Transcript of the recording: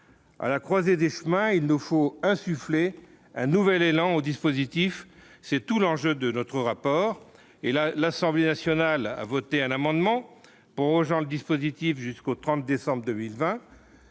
à la croisée des chemins, il nous faut insuffler un nouvel élan au dispositif, c'est tout l'enjeu de notre rapport, et là, l'Assemblée nationale a voté un amendement pour Jean le dispositif jusqu'au 30 décembre 2020,